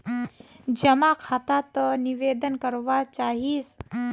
जमा खाता त निवेदन करवा चाहीस?